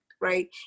right